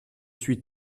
suis